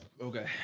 Okay